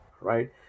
right